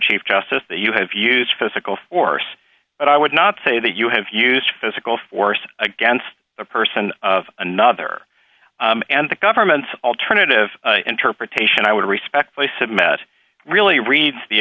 chief justice that you have use physical force but i would not say that you have used physical force against the person of another and the government's alternative interpretation i would respectfully submit really read the